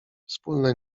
wspólne